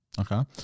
Okay